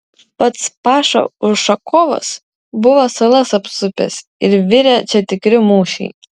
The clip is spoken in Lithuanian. pats paša ušakovas buvo salas apsupęs ir virė čia tikri mūšiai